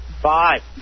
Five